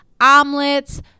omelets